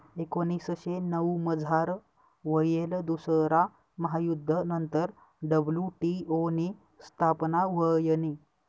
एकोनीसशे नऊमझार व्हयेल दुसरा महायुध्द नंतर डब्ल्यू.टी.ओ नी स्थापना व्हयनी